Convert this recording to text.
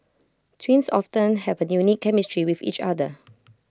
twins often have A unique chemistry with each other